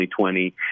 2020